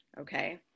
okay